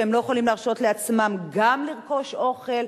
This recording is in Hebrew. שלא יכולים להרשות לעצמם גם לרכוש אוכל